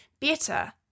better